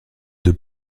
deux